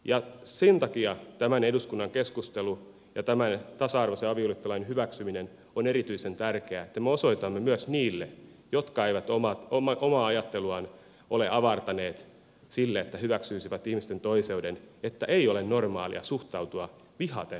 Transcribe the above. sen takia tämän eduskunnan keskustelu ja tämän tasa arvoisen avioliittolain hyväksyminen on erityisen tärkeää että me osoitamme myös niille jotka eivät omaa ajatteluaan ole avartaneet sille että hyväksyisivät ihmisten toiseuden että ei ole normaalia suhtautua vihaten toisiin ihmisiin